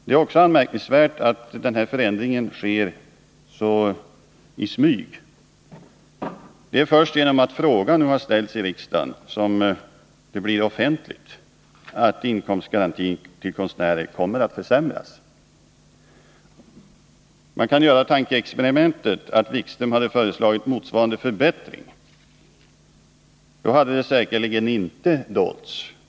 Det är också anmärkningsvärt att denna förändring sker så i smyg. Det är först genom att frågan nu ställts i riksdagen som det blir offentligt att inkomstgarantin till konstnärer kommer att försämras. Man kan göra tankeexperimentet att Jan-Erik Wikström föreslagit motsvarande förbättring. Då hade denna inte dolts.